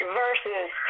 versus